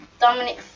Dominic